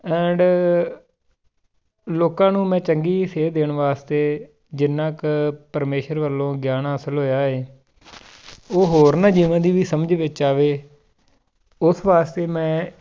and ਲੋਕਾਂ ਨੂੰ ਮੈਂ ਚੰਗੀ ਸੇਧ ਦੇਣ ਵਾਸਤੇ ਜਿੰਨਾ ਕੁ ਪਰਮੇਸ਼ਰ ਵੱਲੋਂ ਗਿਆਨ ਹਾਸਿਲ ਹੋਇਆ ਹੈ ਉਹ ਹੋਰ ਨਾ ਜਿਵੇਂ ਦੀ ਵੀ ਸਮਝ ਵਿੱਚ ਆਵੇ ਉਸ ਵਾਸਤੇ ਮੈਂ